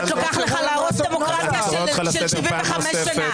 אורנה ברביבאי, קראתי אותך לסדר שלוש פעמים.